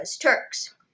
Turks